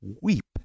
weep